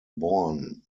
born